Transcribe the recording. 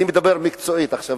אני מדבר מקצועית עכשיו,